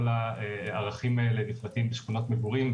כל הערכים האלה מתבטאים בשכונות מגורים.